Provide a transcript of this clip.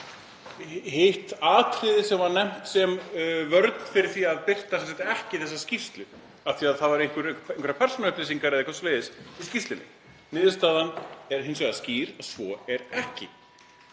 hitt atriðið sem var nefnt sem vörn fyrir því að birta ekki þessa skýrslu, af því að það voru einhverjar persónuupplýsingar eða eitthvað svoleiðis í skýrslunni. Niðurstaðan er hins vegar skýr; svo er ekki.